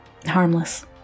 Harmless